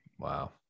Wow